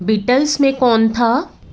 Beatles में कौन था